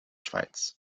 schweiz